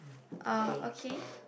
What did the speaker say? uh okay